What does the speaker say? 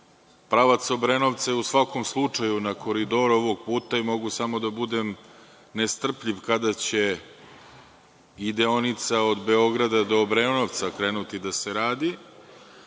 pravac Obrenovca je u svakom slučaju na koridoru ovog puta i mogu samo da budem nestrpljiv kada će i deonica od Beograda do Obrenovca krenuti da se radi,